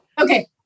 Okay